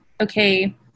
okay